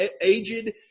aged